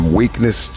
weakness